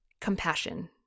Compassion